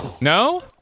No